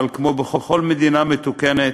אבל כמו בכל מדינה מתוקנת,